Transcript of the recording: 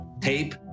tape